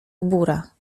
gbura